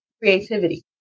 creativity